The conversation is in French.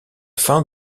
fin